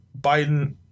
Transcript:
Biden